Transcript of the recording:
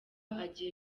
agiye